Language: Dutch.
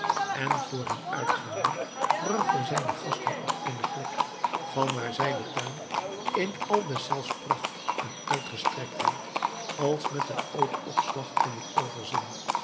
en voor hen uitgaande bragt hij zijne gasten op eene plek vanwaar zij den tuin in al deszelfs pracht en uitgestrektheid als met een oogopslag konden overzien